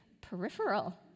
peripheral